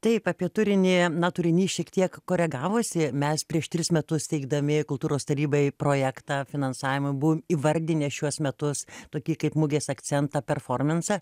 taip apie turinį na turinys šiek tiek koregavosi mes prieš tris metus teikdami kultūros tarybai projektą finansavimą buv įvardinę šiuos metus tokį kaip mugės akcentą performansą